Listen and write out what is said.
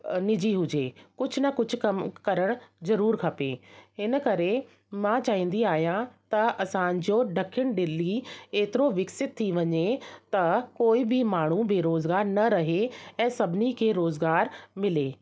निजी हुजे कुझु न कुझु कमु करणु ज़रूरु खपे इन करे मां चाहींदी आहियां असांजो ॾखण दिल्ली एतिरो विकसित थी वञे त कोई बि माण्हू बेरोज़गारु न रहे ऐं सभिनी खे रोज़गारु मिले